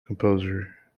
composer